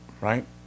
right